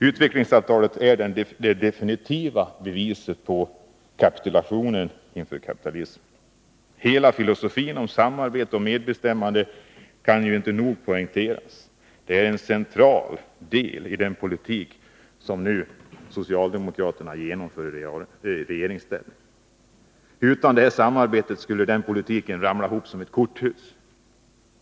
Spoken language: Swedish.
Utvecklingsavtalet är det definitiva beviset på kapitulationen för kapitalismen. Det kan inte nog poängteras att hela filosofin om samarbete och medbestämmande är en central ingrediens i den politik som SAP nu genomför i regeringsställning. Utan detta samarbete skulle den politiken ramla ihop som ett korthus.